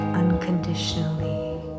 unconditionally